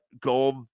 gold